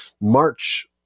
March